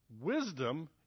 Wisdom